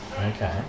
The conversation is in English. Okay